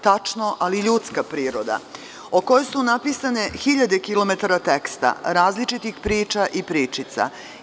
Tačno, ali ljudska priroda, o kojoj su napisane hiljade kilometara teksta različitih priča i pričica.